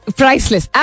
priceless